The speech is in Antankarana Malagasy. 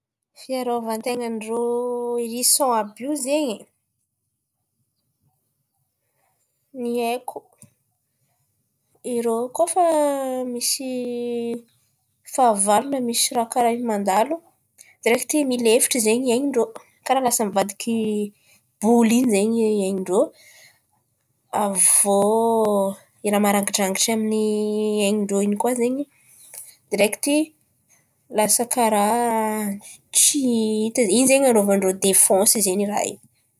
Fiarovanten̈a irô erison àby io zen̈y ny haiko irô koa fa misy fahavalo na misy raha karà in̈y mandalo direkty milefitry zen̈y ain̈'irô. Karà lasa mivadiky boly in̈y zen̈y ain̈'irô, avy iô raha maran̈idrangitry in̈y amy ny ain̈'rô in̈y koa zen̈y direkty lasa karà tsy hita. In̈y zay an̈anôvan-drô defansy zen̈y raha in̈y.